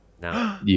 No